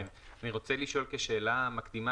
אני רוצה לשאול כשאלה מקדימה,